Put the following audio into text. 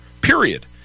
period